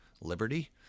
Liberty